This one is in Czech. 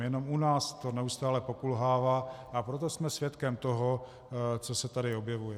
Jenom u nás to neustále pokulhává, a proto jsme svědkem toho, co se tady objevuje.